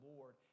Lord